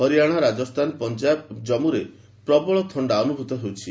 ହରିୟାଣା ରାଜସ୍ଥାନ ପଞ୍ଜାବ ଜମ୍ମୁରେ ମଧ୍ୟ ପ୍ରବଳ ଥଣ୍ଡା ଅନୁଭୂତ ହେଉଛି